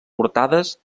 portades